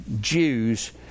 Jews